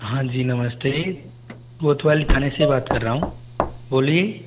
हाँ जी नमस्ते कोतवाली थाने से बात कर रहा हूँ बोलिए